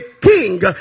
king